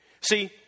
See